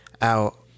out